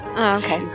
Okay